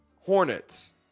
Hornets